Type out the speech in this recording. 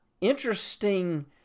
interesting